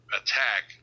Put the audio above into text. attack